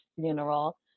funeral